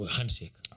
Handshake